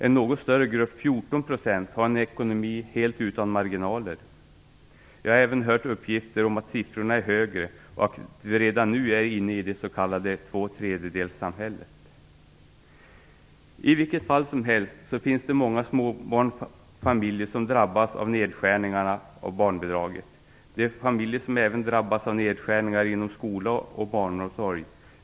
En något större grupp, 14 %, har en ekonomi helt utan marginaler. Jag har även hört uppgifter om att siffrorna är högre och att vi redan nu är inne i det s.k. tvåtredjedelssamhället. I vilket fall som helst finns det många småbarnsfamiljer som drabbas av nedskärningarna av barnbidraget. Det är familjer som även drabbas av nedskärningar inom skola och barnomsorg.